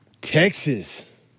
Texas